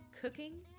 cooking